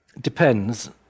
depends